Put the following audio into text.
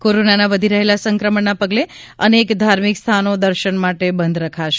ઃ કોરોનાના વધી રહેલા સંક્રમણના પગલે અનેક ધાર્મિક સ્થાનો દર્શન માટે બંધ રખાશે